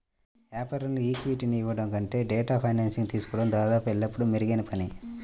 వ్యాపారంలో ఈక్విటీని ఇవ్వడం కంటే డెట్ ఫైనాన్సింగ్ తీసుకోవడం దాదాపు ఎల్లప్పుడూ మెరుగైన పని